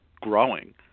growing